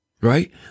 right